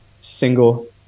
single